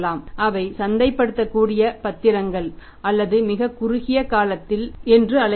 அவை சந்தைப்படுத்தக்கூடிய பத்திரங்கள் அல்லது மிகக் குறுகிய காலத்தில் என்று அழைக்கப்படும்